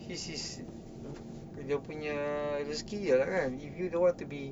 his is dia punya rezeki dia lah kan if you don't want to be